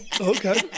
Okay